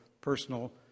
personal